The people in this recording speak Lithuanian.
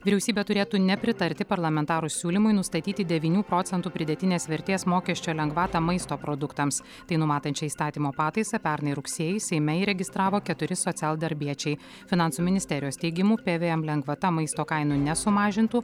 vyriausybė turėtų nepritarti parlamentarų siūlymui nustatyti devynių procentų pridėtinės vertės mokesčio lengvatą maisto produktams tai numatančią įstatymo pataisą pernai rugsėjį seime įregistravo keturi socialdarbiečiai finansų ministerijos teigimu pvm lengvata maisto kainų nesumažintų